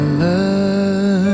love